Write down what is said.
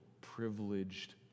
privileged